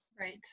Right